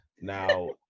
Now